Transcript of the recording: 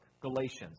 Galatians